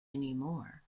anymore